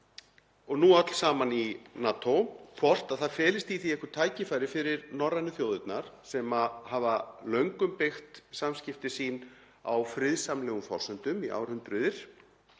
og nú öll saman í NATO, hvort það felist í því einhver tækifæri fyrir norrænu þjóðirnar, sem hafa löngum byggt samskipti sín á friðsamlegum forsendum, í árhundruð,